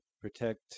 protect